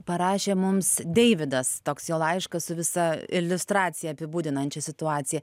parašė mums deividas toks jo laiškas su visa iliustracija apibūdinančia situaciją